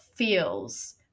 feels